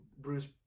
bruce